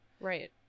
Right